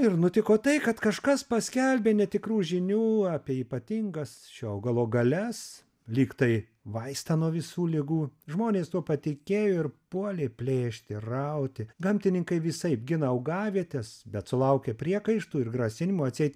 ir nutiko tai kad kažkas paskelbė netikrų žinių apie ypatingas šio augalo galias lyg tai vaistą nuo visų ligų žmonės tuo patikėjo ir puolė plėšti rauti gamtininkai visaip gina augavietes bet sulaukia priekaištų ir grasinimų atseit